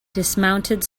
dismounted